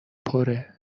پره